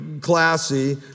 classy